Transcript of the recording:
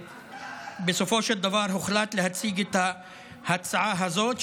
בסופו של דבר הוחלט להציג את ההצעה הזאת,